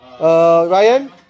Ryan